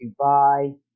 Dubai